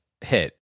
hit